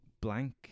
blank